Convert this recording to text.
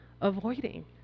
avoiding